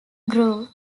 grove